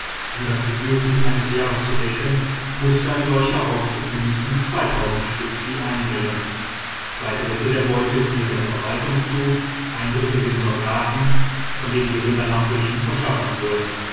um das bedürfnis eines jahres zu decken mußte ein solcher raubzug mindestens stück vieh einbringen zwei drittel der beute fiel der verwaltung zu ein drittel den soldaten von denen die rinder nach belieben verschachert wurden